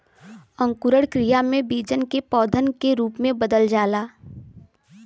अंकुरण क्रिया में बीजन के पौधन के रूप में बदल जाला